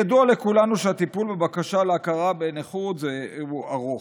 ידוע לכולנו שהטיפול בבקשה להכרה בנכות הוא ארוך,